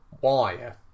wire